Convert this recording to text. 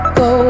go